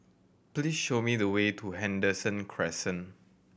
please show me the way to Henderson Crescent